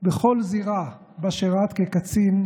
בכל זירה שבה שירת כקצין,